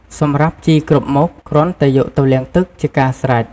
សម្រាប់់ជីគ្រប់មុខ គ្រាន់តែយកទៅលាងទឹកជាការស្រេច។